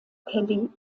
kelly